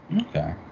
Okay